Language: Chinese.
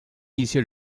一些